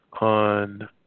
on